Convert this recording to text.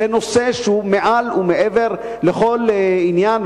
זה נושא שהוא מעל ומעבר לכל עניין.